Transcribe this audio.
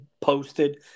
posted